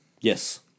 Yes